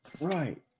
Right